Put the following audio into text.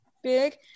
big